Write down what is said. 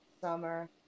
summer